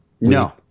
No